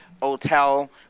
hotel